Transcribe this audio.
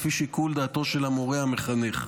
לפי שיקול דעתו של המורה המחנך.